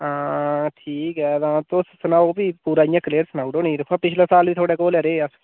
हां ठीक ऐ तां तुस सनाओ फ्ही पूरा इयां क्लियर सनाऊ उड़ो नी दिक्खो पिछले साल बी थुआढ़े कोल ही रेह् अस